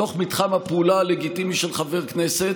בתוך מתחם הפעולה הלגיטימי של חבר כנסת.